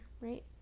Right